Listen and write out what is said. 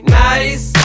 nice